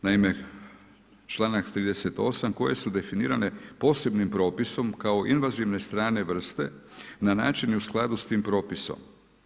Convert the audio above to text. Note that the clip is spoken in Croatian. Naime, članak 38. koje su definirane posebnim propisom, kao invazivne strane vrste na način i u skladu s tim propisom.